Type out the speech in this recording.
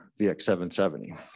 VX770